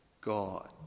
God